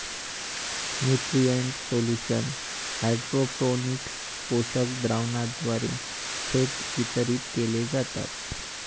nutrient solution hydroponics पोषक द्रावणाद्वारे थेट वितरित केले जातात